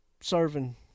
serving